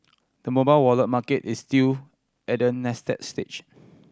the mobile wallet market is still at a nascent stage